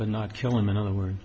but not kill him in other words